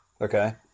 Okay